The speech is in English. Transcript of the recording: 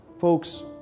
Folks